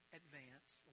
advance